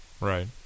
right